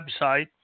website